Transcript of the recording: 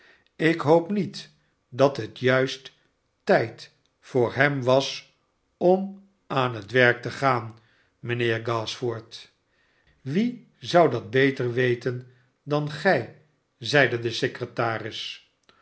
ik ho dat het juist tijdvoor nem was om aan het werk te gaan mynheer gashford wie zou dat beter weten dan gij zeide de secretaris